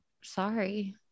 Sorry